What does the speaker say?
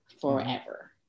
forever